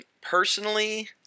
Personally